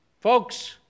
Folks